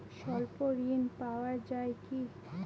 স্বল্প ঋণ পাওয়া য়ায় কি?